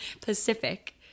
pacific